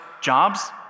jobs